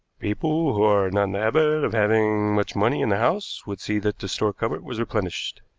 people who are not in the habit of having much money in the house would see that the store cupboard was replenished.